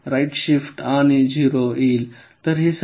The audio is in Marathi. तर राइट शिफ्ट आणि 0 येईल